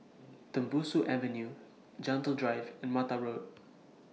Tembusu Avenue Gentle Drive and Mata Road